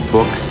Book